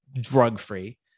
drug-free